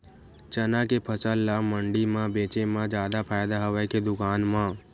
चना के फसल ल मंडी म बेचे म जादा फ़ायदा हवय के दुकान म?